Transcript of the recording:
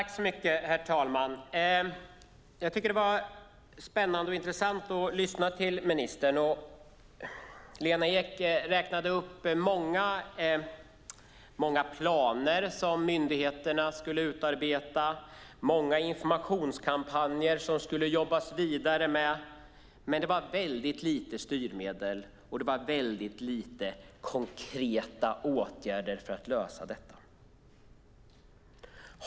Herr talman! Det var spännande och intressant att lyssna till ministern. Lena Ek räknade upp många planer som myndigheterna ska utarbeta och många informationskampanjer som det ska jobbas vidare med. Men det var få styrmedel och konkreta åtgärder för att lösa problemet.